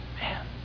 Man